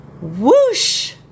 whoosh